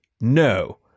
No